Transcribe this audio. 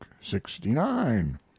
sixty-nine